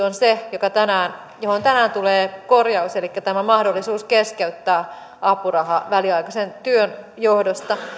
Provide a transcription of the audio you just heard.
on se johon tänään tulee korjaus elikkä tämä mahdollisuus keskeyttää apuraha väliaikaisen työn johdosta